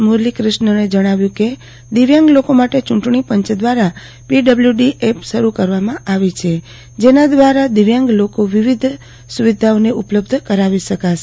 મુરલીક્રિષ્નનએ જણાવ્યું કે દિવ્યાંગ લોકો માટે ચુંટણીપંચ દ્વારા પી ડબલ્યુ ડી એપ શરૂ કરવામાં આવી છે જેના દ્વારા દિવ્યાંગ લોકો વિવિધ સુવિધાઓને ઉપલબ્ધ કરાવી શકશે